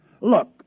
Look